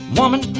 woman